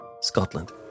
Scotland